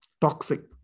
toxic